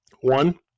One